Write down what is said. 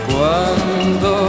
Cuando